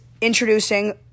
introducing